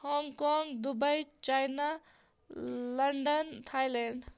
Hong Kong Dubai China London Thailand